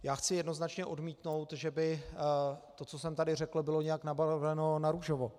Já chci jednoznačně odmítnout, že by to, co jsem tady řekl, bylo nějak nabarveno narůžovo.